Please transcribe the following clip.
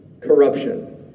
corruption